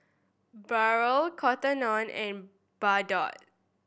Barrel Cotton On and Bardot